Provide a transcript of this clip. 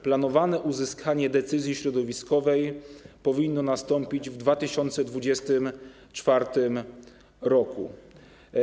Planowane uzyskanie decyzji środowiskowej powinno nastąpić w 2024 r.